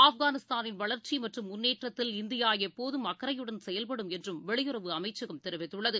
ஆப்கானிஸ்தானின் வளர்ச்சிமற்றும் முன்னேற்றத்தில் இந்தியாளப்போதும் அக்கறையுடன் செயல்படும் என்றும் வெளியுறவு அமைச்சகம் தெரிவித்துள்ளது